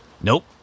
Nope